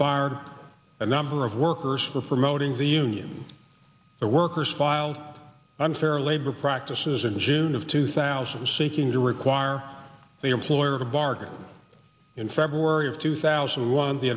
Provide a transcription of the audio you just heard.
fired a number of workers for for motoring the union workers filed unfair labor practices in june of two thousand seeking to require the employer to bargain in february of two thousand and one the